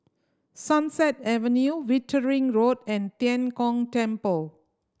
Sunset Avenue Wittering Road and Tian Kong Temple